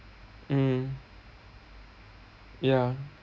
mm ya